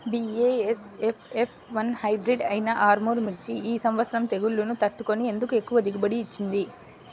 BASF F one hybrid అయినా ఆర్ముర్ మిర్చి ఈ సంవత్సరం తెగుళ్లును తట్టుకొని ఎందుకు ఎక్కువ దిగుబడి ఇచ్చింది?